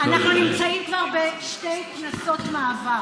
אנחנו נמצאים כבר בשתי כנסות מעבר